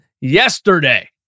yesterday